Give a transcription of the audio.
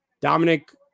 Dominic